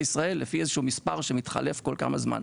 ישראל לפי איזה שהוא מספר שמתחלף כל כמה זמן.